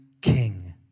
king